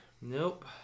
Nope